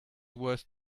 worth